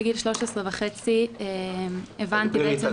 בגיל 13 וחצי הבנתי שיש